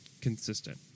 consistent